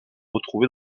retrouvés